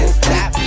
stop